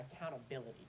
accountability